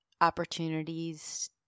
opportunities